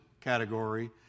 category